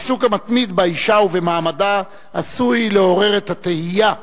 העיסוק המתמיד באשה ובמעמדה עשוי לעורר את התהייה,